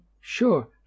sure